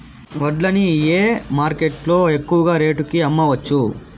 వడ్లు ని ఏ మార్కెట్ లో ఎక్కువగా రేటు కి అమ్మవచ్చు?